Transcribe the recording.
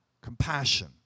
Compassion